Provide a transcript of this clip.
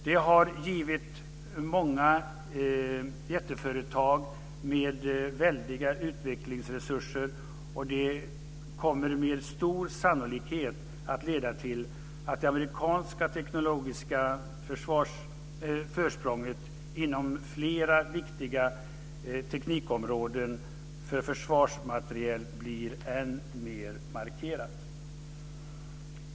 Det har givit några jätteföretag med väldiga utvecklingsresurser, och det kommer med stor sannolikhet att leda till att det amerikanska teknologiska försprånget inom flera viktiga teknikområden för försvarsmateriel blir än mer markerat.